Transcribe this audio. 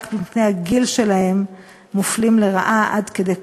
רק בגלל הגיל שלהם מופלים לרעה עד כדי כך,